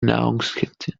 nahrungskette